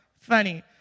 Funny